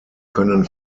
können